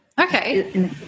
Okay